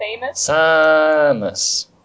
Samus